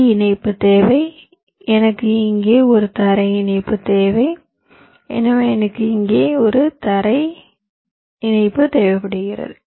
D இணைப்பு தேவை எனக்கு இங்கே ஒரு தரை இணைப்பு தேவை எனவே எனக்கு இங்கே ஒரு தரை இணைப்பு தேவைப்படுகிறது